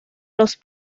los